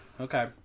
Okay